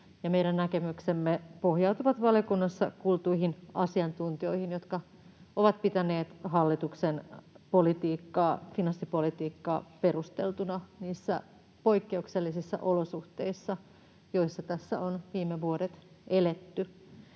näkemyksemme pohjautuvat valiokunnassa kuultuihin asiantuntijoihin, jotka ovat pitäneet hallituksen politiikkaa, finanssipolitiikkaa, perusteltuna niissä poikkeuksellisissa olosuhteissa, joissa tässä on viime vuodet eletty.